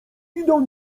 idą